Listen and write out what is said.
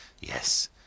Yes